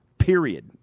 Period